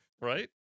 right